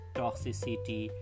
toxicity